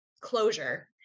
closure